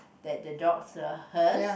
that the dogs were hers